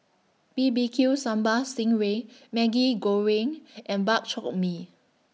B B Q Sambal Sting Ray Maggi Goreng and Bak Chor Mee